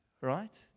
right